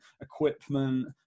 equipment